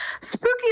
Spooky